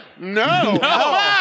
No